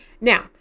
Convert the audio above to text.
Now